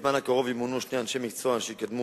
בזמן הקרוב ימונו שני אנשי מקצוע שיקדמו